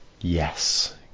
yes